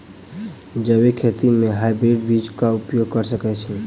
जैविक खेती म हायब्रिडस बीज कऽ उपयोग कऽ सकैय छी?